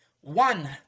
one